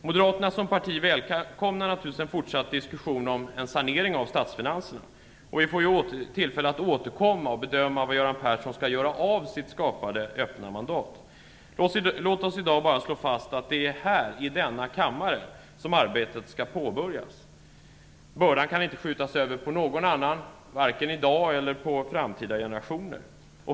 Moderaterna som parti välkomnar naturligtvis en fortsatt diskussion om en sanering av statsfinanserna. Vi får ju tillfälle att återkomma och bedöma vad Göran Persson skall göra av sitt skapade öppna mandat. Låt oss i dag bara slå fast att det är här i denna kammare som arbetet skall påbörjas. Bördan kan inte skjutas över vare sig på någon annan i dag eller på framtida generationer.